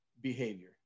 behavior